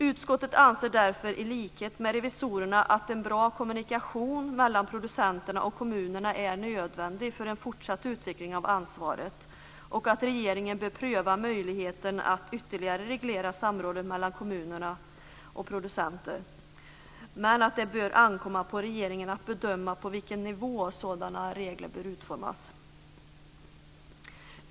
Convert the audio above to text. Utskottet anser därför i likhet med revisorerna att en bra kommunikation mellan producenterna och kommunerna är nödvändig för en fortsatt utveckling av ansvaret och att regeringen bör pröva möjligheten att ytterligare reglera samrådet mellan kommunerna och producenter, men att det bör ankomma på regeringen att bedöma på vilken nivå sådana regler bör utformas.